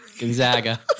Gonzaga